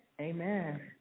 Amen